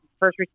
First